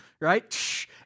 right